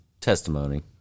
testimony